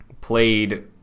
played